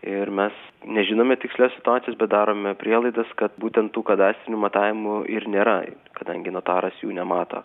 ir mes nežinome tikslios situacijos bet darome prielaidas kad būtent tų kadastrinių matavimų ir nėra kadangi notaras jų nemato